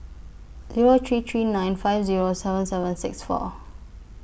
Zero three three nine five Zero seven seven six four